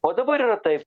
o dabar yra taip